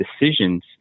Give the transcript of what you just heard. decisions